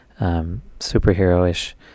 superhero-ish